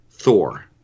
thor